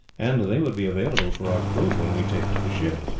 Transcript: and they would be available for our crew when we take to the ship.